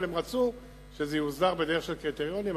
אבל הם רצו שזה יוסדר בדרך של קריטריונים.